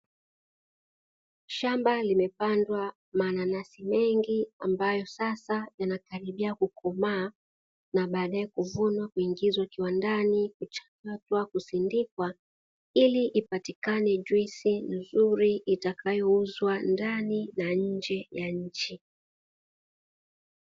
Shamba limepandwa mananasi mengi ambayo sasa yanakaribia kukomaa, na baadaye kuvunwa, kuingizwa kiwandani, kuchakatwa, kusindikwa. Ili ipatikane juisi nzuri itakayouzwa ndani na nje ya nchi.